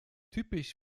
typisch